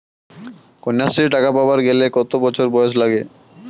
কন্যাশ্রী টাকা পাবার গেলে কতো বছর বয়স লাগে?